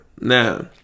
Now